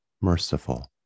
merciful